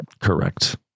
Correct